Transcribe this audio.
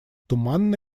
туманно